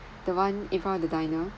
the one in front of the diner